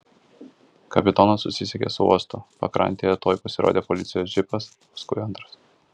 kapitonas susisiekė su uostu pakrantėje tuoj pasirodė policijos džipas paskui antras